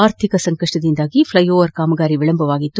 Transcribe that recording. ಆರ್ಥಿಕ ಸಂಕಷ್ಟದಿಂದ ಫ್ಲೈಓವರ್ ಕಾಮಗಾರಿ ವಿಳಂಬವಾಗಿತ್ತು